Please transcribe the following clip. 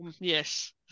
Yes